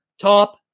top